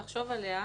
בסדר.